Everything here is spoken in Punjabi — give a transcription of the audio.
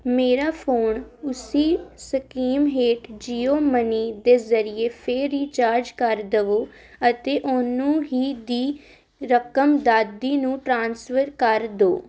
ਮੇਰਾ ਫੋਨ ਉਸ ਸਕੀਮ ਹੇਠ ਜੀਓ ਮਨੀ ਦੇ ਜ਼ਰੀਏ ਫੇਰ ਰਿਚਾਰਜ ਕਰ ਦਵੋ ਅਤੇ ਓਨੀ ਹੀ ਦੀ ਰਕਮ ਦਾਦੀ ਨੂੰ ਟ੍ਰਾਂਸਫਰ ਕਰ ਦਿਉ